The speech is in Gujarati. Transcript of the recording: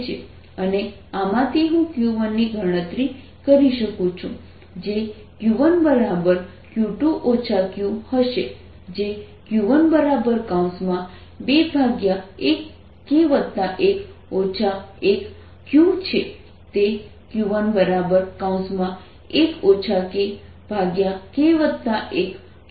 અને આમાંથી હું q1 ની ગણતરી કરી શકું છું જે q1q2 q હશે જે q12k1 1q છે તે q11 kk1qઅથવા q1 k 1k1q છે